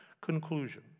conclusion